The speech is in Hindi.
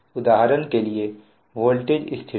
उदाहरण के लिए वोल्टेज स्थिरता